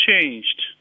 changed